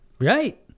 Right